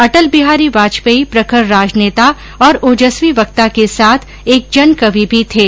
अटल बिहारी वाजपेयी प्रखर राजनेता और ओजस्वी वक्ता के साथ एक जन कवि भी थे